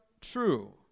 true